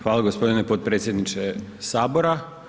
Hvala gospodine potpredsjedničke sabora.